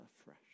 afresh